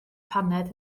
paned